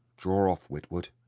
draw off witwoud.